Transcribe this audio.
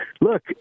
look